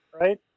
right